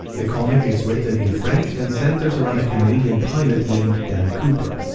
the comic is written in french and centers around a canadian pilot named dan cooper.